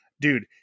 Dude